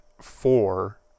four